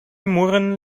murren